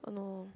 oh no